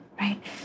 Right